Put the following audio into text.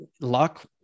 luck